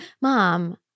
Mom